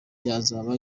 byazaba